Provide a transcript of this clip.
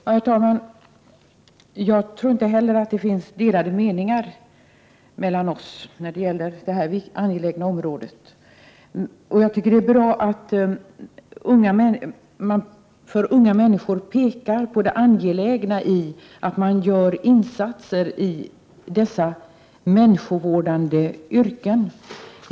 Herr talman! Jag tror inte heller att det finns delade meningar mellan oss när det gäller detta angelägna område. Jag tycker att det är bra att man för unga människor pekar på det angelägna i att göra insatser i dessa människovårdande yrken.